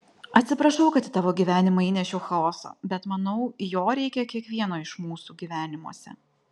atsiprašau kad į tavo gyvenimą įnešiau chaoso bet manau jo reikia kiekvieno iš mūsų gyvenimuose